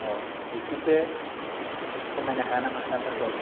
एसेसो खमायनो हाया नामा दामफोरखौ